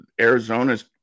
Arizona's